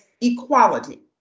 equality